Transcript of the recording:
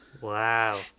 Wow